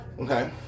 Okay